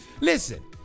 Listen